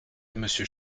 monsieur